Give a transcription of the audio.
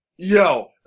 Yo